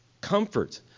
comfort